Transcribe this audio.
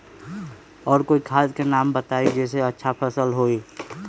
और कोइ खाद के नाम बताई जेसे अच्छा फसल होई?